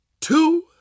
two